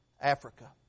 Africa